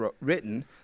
written